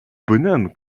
bonhomme